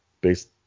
based